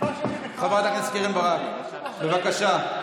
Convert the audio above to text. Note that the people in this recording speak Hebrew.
חברת הכנסת קרן ברק, בבקשה.